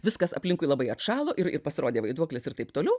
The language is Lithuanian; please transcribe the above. viskas aplinkui labai atšalo ir ir pasirodė vaiduoklis ir taip toliau